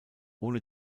ohne